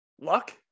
luck